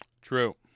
True